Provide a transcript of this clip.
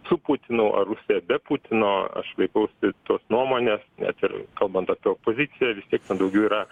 su putinu ar rusija be putino aš laikausi tos nuomonės net ir kalbant apie opoziciją vis tiek ten daugiau yra